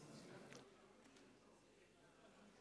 חכו ותראו,